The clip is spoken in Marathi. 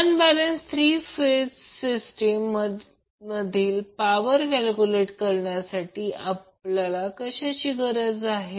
अनबॅलेन्स 3 फेज सिस्टीम मधील पॉवर कॅल्क्युलेट करण्यासाठी आपल्याला कशाची गरज आहे